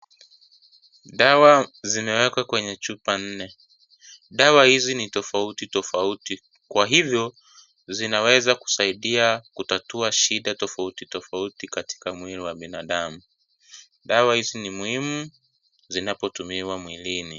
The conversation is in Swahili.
Dawa zimewekwa kwenye chupa nne . Dawa hizi ni tofauti tofauti kwa hivyo zinaweza kusaidia kutatua shida tofauti tofauti katika mwili wa binadamu . Dawa hizi ni muhimu zinapotumiwa mwilini .